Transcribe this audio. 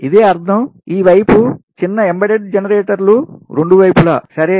ఇదే అర్థం ఈ వైపు చిన్న ఎంబెడెడ్ జనరేటర్లు రెండు వైపులాసరే